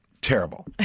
terrible